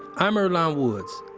i'm earlonne woods.